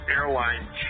Airline